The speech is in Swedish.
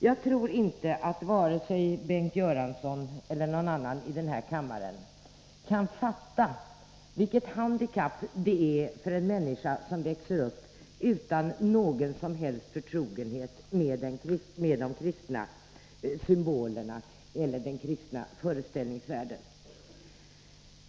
Jag tror inte att vare sig Bengt Göransson eller någon annan här i kammaren kan fatta vilket handikapp det är för en människa att växa upp utan någon som helst förtrogenhet med de kristna symbolerna eller den kristna föreställningsvärlden.